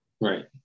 right